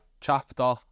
chapter